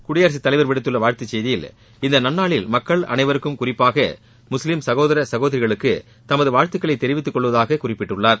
குடியரசுத் தலைவர் விடுத்துள்ள வாழ்த்துச் செய்தியில் இந்த நன்னாளில் மக்கள் அனைவருக்கும் குறிப்பாக முஸ்லிம் சகோதர சகோதரிகளுக்கு தமது நல்வாழ்த்துக்களை தெரிவித்துக்கொள்வதாக குறிப்பிட்டுள்ளார்